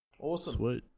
Awesome